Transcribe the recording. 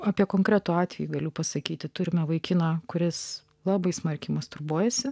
apie konkretų atvejį galiu pasakyti turime vaikiną kuris labai smarkiai masturbuojasi